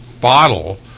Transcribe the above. bottle